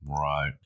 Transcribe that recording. Right